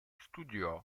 studiò